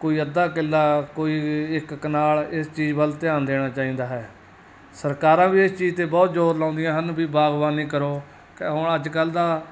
ਕੋਈ ਅੱਧਾ ਕਿੱਲਾ ਕੋਈ ਇੱਕ ਕਨਾਲ ਇਸ ਚੀਜ਼ ਵੱਲ ਧਿਆਨ ਦੇਣਾ ਚਾਹੀਦਾ ਹੈ ਸਰਕਾਰਾਂ ਵੀ ਇਸ ਚੀਜ਼ 'ਤੇ ਬਹੁਤ ਜ਼ੋਰ ਲਾਉਂਦੀਆਂ ਹਨ ਵੀ ਬਾਗਬਾਨੀ ਕਰੋ ਕਿਉਂ ਹੁਣ ਅੱਜ ਕੱਲ੍ਹ ਦਾ